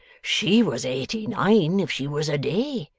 she was eighty-nine if she was a day,